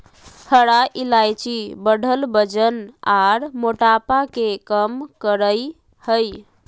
हरा इलायची बढ़ल वजन आर मोटापा के कम करई हई